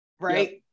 right